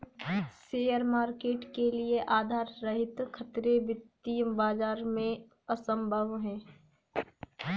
share market के लिये आधार रहित खतरे वित्तीय बाजार में असम्भव हैं